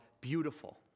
beautiful